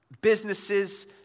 businesses